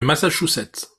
massachusetts